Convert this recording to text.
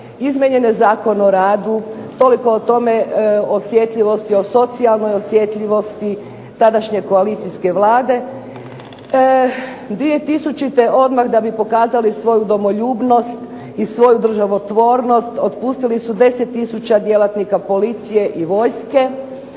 izmijenjen je Zakon o radu, toliko o tome o socijalnoj osjetljivosti tadašnje koalicijske Vlade. 2000. odmah da bi pokazali svoju domoljubnost i svoju državotvornost otpustili su 10 tisuća djelatnika policije i vojske,